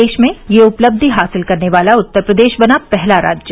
देश में यह उपलब्धि हासिल करने वाला उत्तर प्रदेश बना पहला राज्य